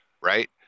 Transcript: right